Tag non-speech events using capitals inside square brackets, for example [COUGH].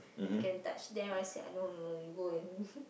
you can touch them I say no no no you go and [LAUGHS]